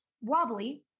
wobbly